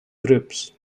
groups